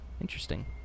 Interesting